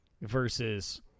Versus